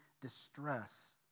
distress